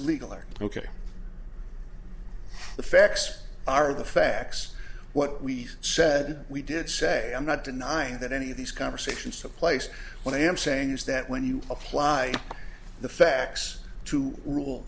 is legal or ok the facts are the facts what we said we did say i'm not denying that any of these conversations took place when i am saying is that when you apply the facts to rule